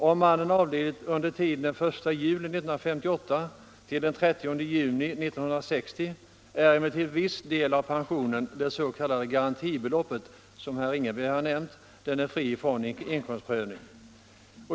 Om mannen avlidit under tiden 1 juli 1958-30 juni 1960 är emellertid viss del av pensionen, det s.k. garantibeloppet, fri från inkomstprövning.